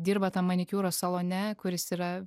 dirba tam manikiūro salone kuris yra